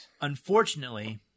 Unfortunately